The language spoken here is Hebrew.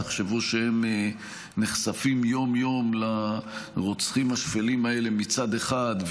תחשבו שהם נחשפים יום-יום לרוצחים השפלים האלה מצד אחד,